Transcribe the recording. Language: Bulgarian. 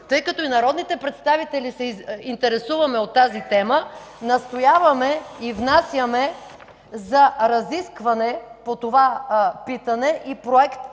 тъй като и народните представители се интересуваме от тази тема, настояваме и внасяме (показва папка) за разискване по това питане и Проект